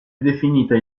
definita